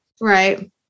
Right